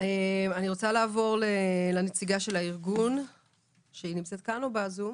אני רוצה לעבור לנציגת ארגון נפגעי פעולות איבה.